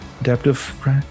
adaptive